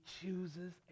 chooses